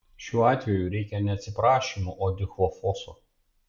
šiuo atveju reikia ne atsiprašymų o dichlofoso